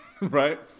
right